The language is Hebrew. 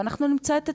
ואנחנו נמצא את עצמנו,